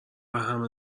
همه